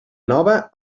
nova